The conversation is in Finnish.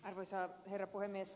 arvoisa herra puhemies